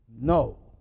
No